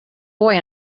boy